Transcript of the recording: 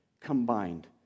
combined